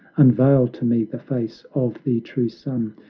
unveil to me the face of the true sun,